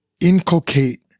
inculcate